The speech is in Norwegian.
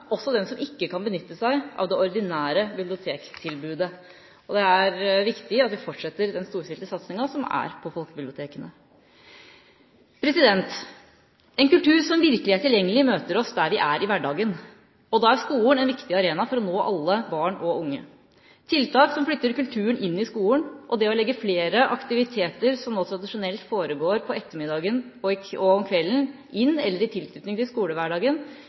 også dem som ikke kan benytte seg av det ordinære bibliotektilbudet. Det er viktig at vi fortsetter den storstilte satsinga som er på folkebibliotekene. En kultur som virkelig er tilgjengelig, møter oss der vi er i hverdagen. Og da er skolen en viktig arena for å nå alle barn og unge. Tiltak som flytter kulturen inn i skolen, og det å legge flere aktiviteter som nå tradisjonelt foregår på ettermiddagen og om kvelden, inn i eller i tilknytning til skolehverdagen